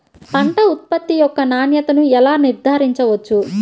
పంట ఉత్పత్తి యొక్క నాణ్యతను ఎలా నిర్ధారించవచ్చు?